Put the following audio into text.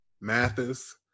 Mathis